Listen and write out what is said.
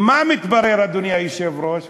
מה מתברר, אדוני היושב-ראש?